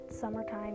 summertime